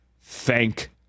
thank